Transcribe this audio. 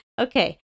Okay